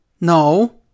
No